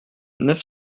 neuf